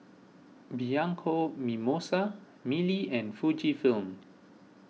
Bianco Mimosa Mili and Fujifilm